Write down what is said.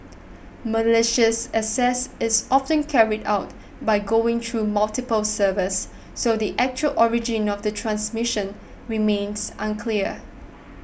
malicious access is often carried out by going through multiple servers so the actual origin of the transmission remains unclear